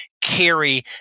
carry